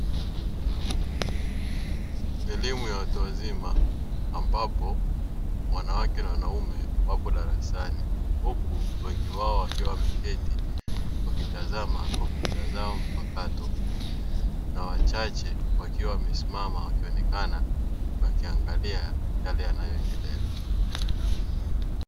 Elimu ya watu wazima ambapo wanawake na wanaume wapo darasani, huku wengi wao wakiwa wameketi wakitazama kompyuta zao mpakato, na wachache wakiwa wamesimama wakionekana wakiangalia yale yanayoendelea.